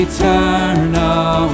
Eternal